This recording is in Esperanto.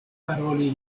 paroli